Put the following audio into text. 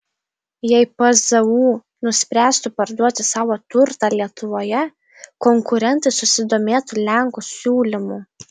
jei pzu nuspręstų parduoti savo turtą lietuvoje konkurentai susidomėtų lenkų siūlymu